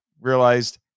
realized